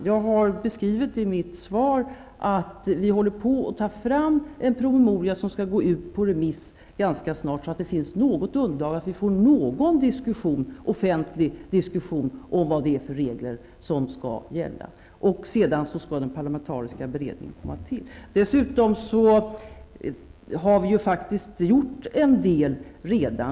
Jag har skrivit i mitt svar att vi håller på att ta fram en promemoria som skall gå ut på remiss ganska snart, så att det finns något underlag och så att vi kan få en offentlig diskussion om vilka regler som skall gälla. Sedan skall den parlamentariska beredningen komma till. Dessutom har vi faktiskt gjort en del.